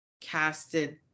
casted